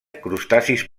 crustacis